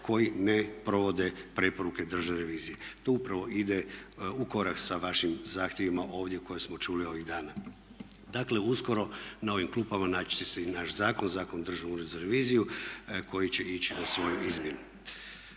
koji ne provode preporuke Državne revizije. To upravo ide u korak sa vašim zahtjevima ovdje koje smo čuli ovih dana. Dakle, uskoro na ovim klupama naći će se i naš zakon, Zakon o Državnom uredu za reviziju koji će ići na svoju izmjenu.